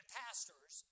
pastors